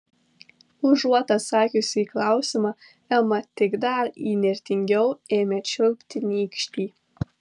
užuot atsakiusi į klausimą ema tik dar įnirtingiau ėmė čiulpti nykštį